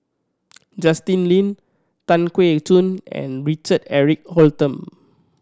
Justin Lean Tan Keong Choon and Richard Eric Holttum